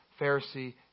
Pharisee